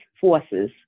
forces